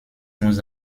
nous